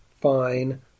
fine